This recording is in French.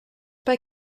pas